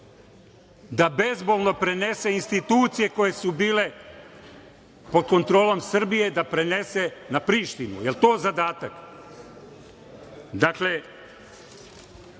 Da bezbolno prenese institucije koje su bile pod kontrolom Srbije da prenese na Prištinu. Jel to zadatak? Dakle,